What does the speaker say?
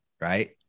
right